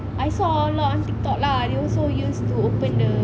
I saw a lot on TikTok lah also use to open the